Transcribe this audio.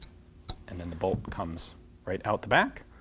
and then the bolt comes right out the back